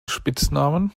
spitznamen